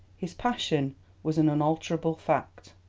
his passion was an unalterable fact.